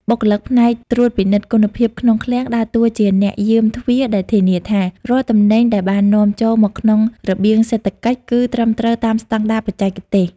បុគ្គលិកផ្នែកត្រួតពិនិត្យគុណភាពក្នុងឃ្លាំងដើរតួជាអ្នកយាមទ្វារដែលធានាថា រាល់ទំនិញដែលបាននាំចូលមកក្នុងរបៀងសេដ្ឋកិច្ចគឺត្រឹមត្រូវតាមស្តង់ដារបច្ចេកទេស។